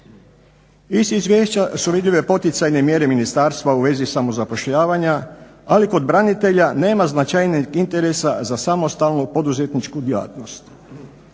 Iz izvješća su vidljive poticajne mjere ministarstva u vezi samozapošljavanja, ali kod branitelja nema značajnijeg interesa za samostalnu poduzetničku djelatnost.